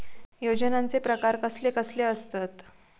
योजनांचे प्रकार कसले कसले असतत?